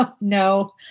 No